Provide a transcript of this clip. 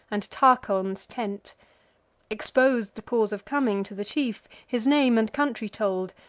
and tarchon's tent expos'd the cause of coming to the chief his name and country told,